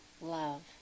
love